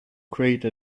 create